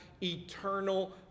eternal